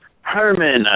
Herman